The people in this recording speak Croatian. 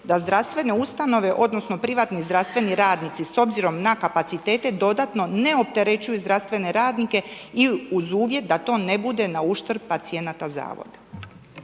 da zdravstvene ustanove odnosno privatni zdravstveni radnici s obzirom na kapacitete dodatno ne opterećuju zdravstvene radnike i uz uvjet da to ne bude nauštrb pacijenata zavoda.